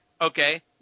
Okay